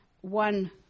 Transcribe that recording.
one